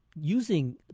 using